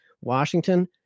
Washington